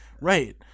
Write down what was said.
Right